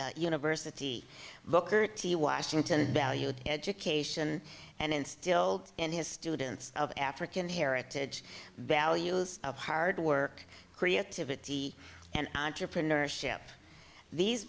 institute university look thirty washington valued education and instilled in his students of african heritage values of hard work creativity and entrepreneurship these